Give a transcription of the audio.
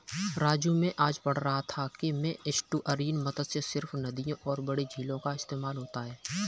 राजू मैं आज पढ़ रहा था कि में एस्टुअरीन मत्स्य सिर्फ नदियों और बड़े झीलों का इस्तेमाल होता है